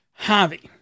Javi